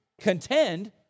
contend